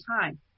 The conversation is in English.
time